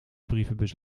brievenbus